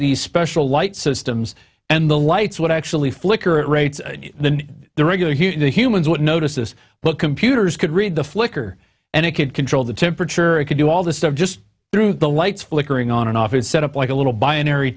these special light systems and the lights would actually flicker at rates than the regular the humans would notice this but computers could read the flicker and it could control the temperature it could do all the stuff just through the lights flickering on and off it set up like a little b